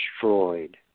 destroyed